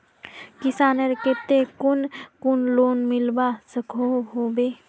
किसानेर केते कुन कुन लोन मिलवा सकोहो होबे?